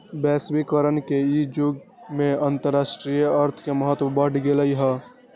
वैश्वीकरण के इ जुग में अंतरराष्ट्रीय अर्थ के महत्व बढ़ गेल हइ